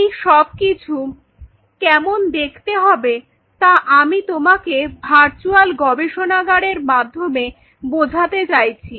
এই সবকিছু কেমন দেখতে হবে তা আমি তোমাকে ভার্চুয়াল গবেষণাগারের মাধ্যমে বোঝাতে চাইছি